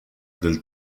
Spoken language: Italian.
del